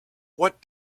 what